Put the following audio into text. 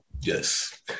yes